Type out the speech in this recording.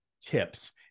tips